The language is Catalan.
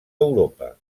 europa